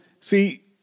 See